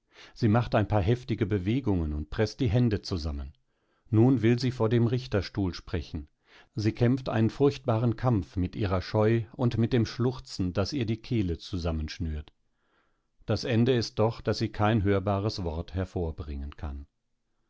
sie macht ein paar heftige bewegungen und preßt die hände zusammen nun will sie vor dem richterstuhl sprechen sie kämpft einen furchtbaren kampf mit ihrer scheu und mit dem schluchzen das ihr die kehle zusammenschnürt das ende ist doch daß sie kein hörbares wort hervorbringen kann